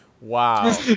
Wow